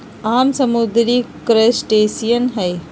आम समुद्री क्रस्टेशियंस हई